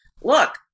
look